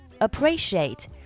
Appreciate